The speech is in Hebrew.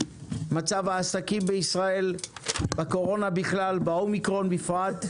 מצב העסקים בישראל ובקורונה בכלל ובאומיקרון בפרט,